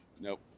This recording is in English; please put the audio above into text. Nope